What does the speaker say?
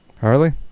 Harley